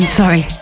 sorry